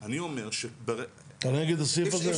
אני אומר --- אתה נגד הסעיף הזה?